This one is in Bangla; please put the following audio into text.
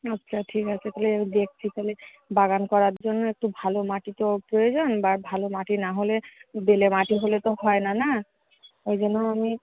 আচ্ছা ঠিক আছে তাহলে দেখছি তাহলে বাগান করার জন্য একটু ভালো মাটি তো প্রয়োজন বা ভালো মাটি না হলে বেলে মাটি হলে তো হয় না না ওই জন্য আমি